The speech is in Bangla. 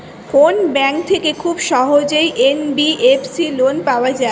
কোন ব্যাংক থেকে খুব সহজেই এন.বি.এফ.সি লোন পাওয়া যায়?